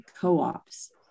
co-ops